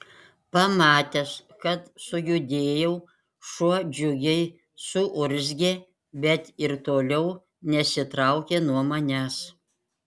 pamatęs kad sujudėjau šuo džiugiai suurzgė bet ir toliau nesitraukė nuo manęs